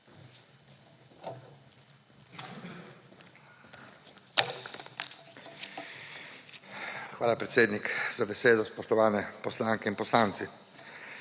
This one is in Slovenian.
Hvala, predsednik, za besedo. Spoštovane poslanke in poslanci!